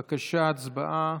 בבקשה, הצבעה.